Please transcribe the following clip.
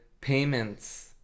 payments